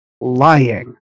lying